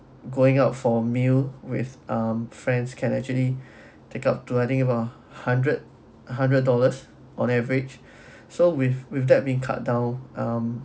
going out for a meal with um friends can actually take up to I think if a hundred hundred dollars on average so with with that being cut down um